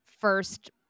first